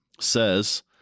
says